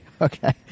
Okay